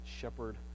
shepherd